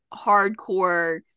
hardcore